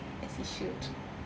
as he should